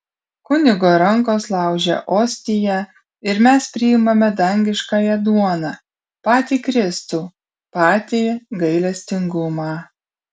kunigo rankos laužia ostiją ir mes priimame dangiškąją duoną patį kristų patį gailestingumą